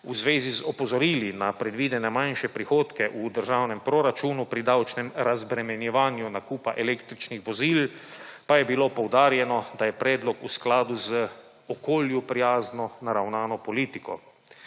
V zvezi z opozorili na predvidene manjše prihodke v državnem proračunu pri davčnem razbremenjevanju nakupa električnih vozil pa je bilo poudarjeno, da je predlog v skladu z **73. TRAK: (NB) –